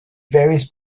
various